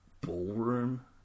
ballroom